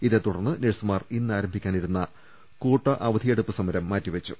ഇതേ തുടർന്ന് നഴ്സുമാർ ഇന്നാ രംഭിക്കാനിരുന്ന കൂട്ടയവധിയെടുപ്പ് സമരം മാറ്റിവെച്ചു